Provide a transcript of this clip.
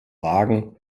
wagen